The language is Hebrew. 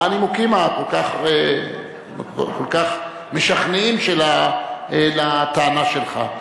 הנימוקים הכל-כך משכנעים שלה לטענה שלך.